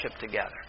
together